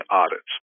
audits